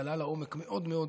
צלל לעומק מאוד מאוד,